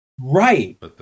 Right